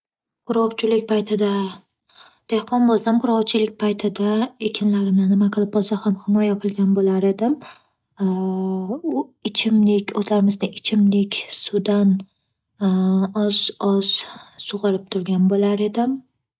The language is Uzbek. Qurg'oqchilik paytida- dehqon bo'lsam - qurg'oqchilik paytida ekinlarimni nima qilib bo'lsa ham himoya qilgan bo'lar edim. Ichimlik - o'zlarimizni - ichimlik suvidan oz-oz sug'orib turgan bo'lar edim.